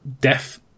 death